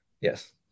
Yes